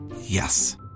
Yes